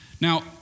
Now